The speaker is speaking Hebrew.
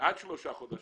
עד שלושה חודשים.